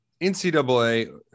NCAA